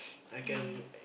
and